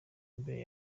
imbere